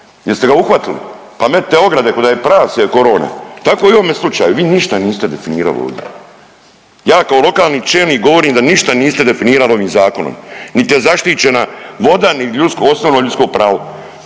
jeste ga uhvatili, pa metite ograde ko da je prase korona. Tako i u ovome slučaju, vi ništa niste definirali ovdje. Ja kao lokalni čelnik govorim da ništa niste definirali ovim zakonom. Niti je zaštićena voda, ni osnovno ljudsko pravo.